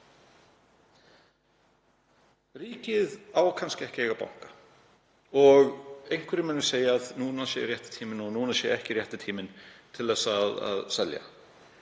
Ríkið á kannski ekki að eiga banka og einhverjir munu segja að núna sé rétti tíminn eða að núna sé ekki rétti tíminn til að selja.